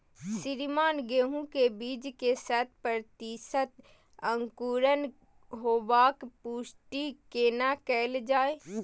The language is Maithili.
श्रीमान गेहूं के बीज के शत प्रतिसत अंकुरण होबाक पुष्टि केना कैल जाय?